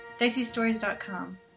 diceystories.com